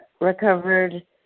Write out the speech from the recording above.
Recovered